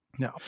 No